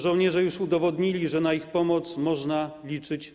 Żołnierze już udowodnili, że na ich pomoc zawsze można liczyć.